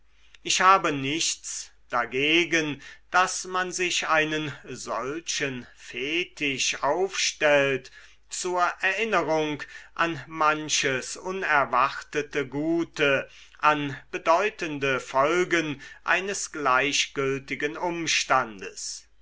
ich habe nichts dagegen daß man sich einen solchen fetisch aufstellt zur erinnerung an manches unerwartete gute an bedeutende folgen eines gleichgültigen umstandes